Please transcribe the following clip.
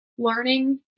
learning